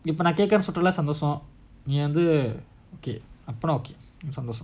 இப்பநான்கேக்கலனுசொல்லிட்டேலசந்தோஷம்நீவந்து:ippa naan kekkalanu sollitdela sandhoocham ni vandhu okay அப்பனாசந்தோஷம்:appana sandhoocham okay